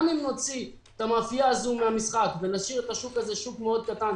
גם אם נוציא את המאפייה הזאת מהמשחק ונשאיר את השוק הזה מאוד קטן,